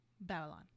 Babylon